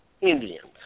Indians